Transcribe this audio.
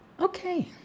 Okay